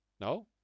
no